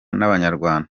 n’abanyarwanda